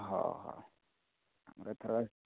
ହଉ ହଉ ଆମର ଏଥର